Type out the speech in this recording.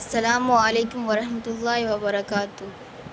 السّلام علیکم و رحمتہ اللّہ وبرکاتہ